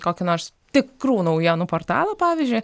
kokį nors tikrų naujienų portalą pavyzdžiui